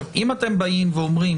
עכשיו, אם אתם באים ואומרים